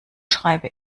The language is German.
schreibe